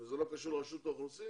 וזה לא קשור לרשות האוכלוסין